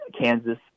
Kansas